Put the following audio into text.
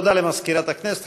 תודה למזכירת הכנסת.